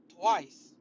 twice